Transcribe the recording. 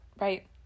Right